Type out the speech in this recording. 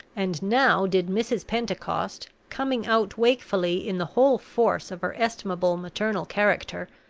and now did mrs. pentecost, coming out wakefully in the whole force of her estimable maternal character,